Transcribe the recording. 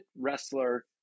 wrestler